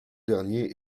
derniers